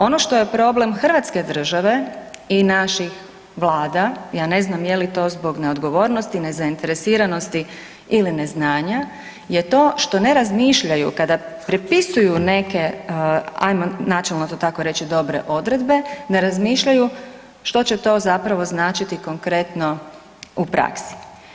Ono što je problem hrvatske države i naših vlada, ja ne znam je li to zbog neodgovornosti, nezainteresiranosti ili neznanje, je to što ne razmišljaju, kada prepisuju neke, ajmo načelno to tako reći, dobre odredbe, ne razmišljaju što će to zapravo značiti konkretno u praksi.